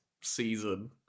season